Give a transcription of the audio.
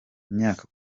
imyaka